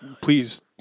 please